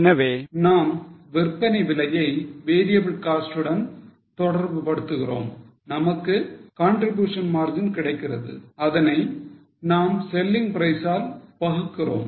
எனவே நாம் விற்பனை விலையை variable cost உடன் தொடர்பு படுத்துகிறோம் நமக்கு contribution margin கிடைக்கிறது அதனை நாம் selling price ஆல் வகுகிறோம்